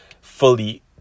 fully